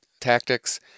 tactics